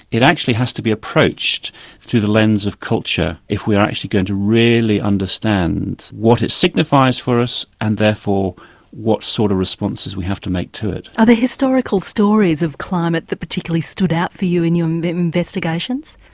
it actually has to be approached through the lens of culture if we are actually going to really understand what it signifies for us and therefore what sort of responses we have to make to it. are there historical stories of climate that particularly stood out for you in your investigations?